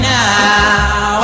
now